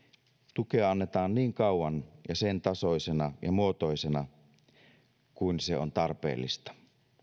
tukea annetaan niin kauan ja sen tasoisena ja muotoisena kuin se on tarpeellista